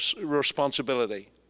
responsibility